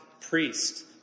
priest